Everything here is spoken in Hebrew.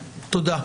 תודה.